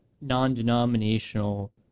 non-denominational